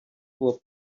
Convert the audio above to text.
were